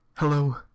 hello